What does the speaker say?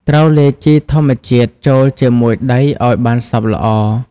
ត្រូវលាយជីធម្មជាតិចូលជាមួយដីឱ្យបានសព្វល្អ។